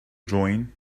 join